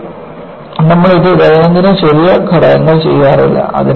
പക്ഷേ നമ്മൾ ഇത് ദൈനംദിന ചെറിയ ഘടകങ്ങൾ ചെയ്യാറില്ല